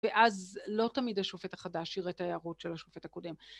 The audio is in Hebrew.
ואז לא תמיד השופט החדש יראה את ההערות של השופט הקודם.